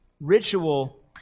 ritual